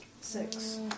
Six